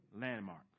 Landmark